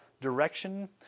direction